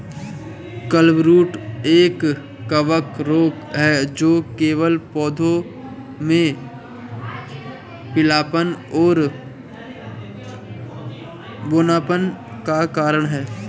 clubroot एक कवक रोग है जो केवल पौधों में पीलापन और बौनापन का कारण है